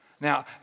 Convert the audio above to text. Now